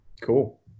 Cool